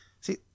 See